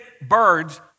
birds